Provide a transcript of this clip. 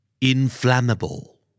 Inflammable